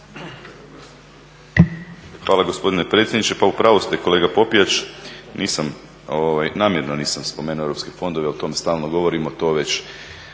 Hvala gospodine predsjedniče. Pa u pravu ste kolega Popijač, nisam, namjerno nisam spomenuo europske fondove, o tome stalno govorimo, to već